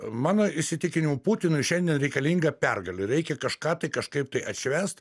mano įsitikinimu putinui šiandien reikalinga pergalė reikia kažką tai kažkaip tai atšvęst